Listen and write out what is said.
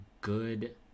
good